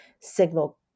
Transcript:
signal